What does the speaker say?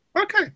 okay